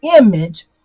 image